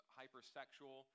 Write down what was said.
hypersexual